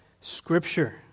Scripture